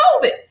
COVID